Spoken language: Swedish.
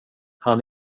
han